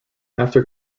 after